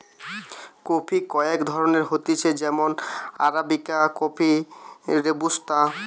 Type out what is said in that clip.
coffee কয়েক ধরণের হতিছে যেমন আরাবিকা কফি, রোবুস্তা